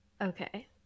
Okay